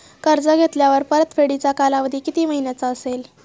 कर्ज घेतल्यावर परतफेडीचा कालावधी किती महिन्यांचा असेल?